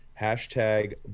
Hashtag